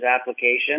application